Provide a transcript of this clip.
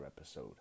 episode